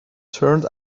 turned